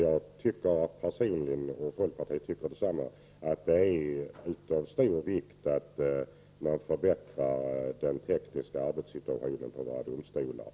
Jag och övriga i folkpartiet anser att det är av stor vikt att den tekniska arbetssituationen i domstolarna förbättras.